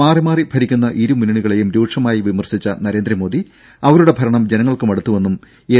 മാറി മാറി ഭരിക്കുന്ന ഇരു മുന്നണികളെയും രൂക്ഷമായി വിമർശിച്ച നരേന്ദ്രമോദി അവരുടെ ഭരണം ജനങ്ങൾക്ക് മടുത്തുവെന്നും എൻ